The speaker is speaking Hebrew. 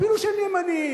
אפילו שהם ימניים.